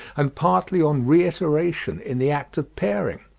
and partly on reiteration in the act of pairing.